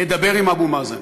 לדבר עם אבו מאזן.